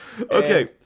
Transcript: Okay